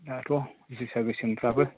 दाथ' जोसा गोसोमफ्राबो